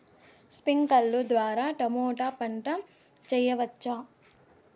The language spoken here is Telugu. స్ప్రింక్లర్లు ద్వారా టమోటా పంట చేయవచ్చా?